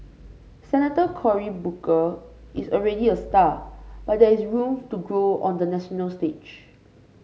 Senator Cory Booker is already a star but there is room to grow on the national stage